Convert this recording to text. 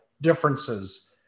differences